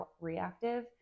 reactive